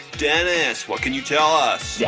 dennis, what can you tell us? yeah